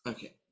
Okay